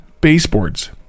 baseboards